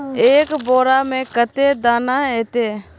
एक बोड़ा में कते दाना ऐते?